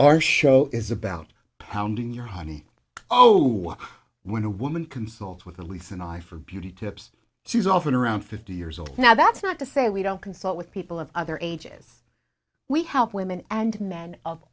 our show is about pounding your honey oh when a woman consult with elise an eye for beauty tips she's often around fifty years old now that's not to say we don't consult with people of other ages we help women and men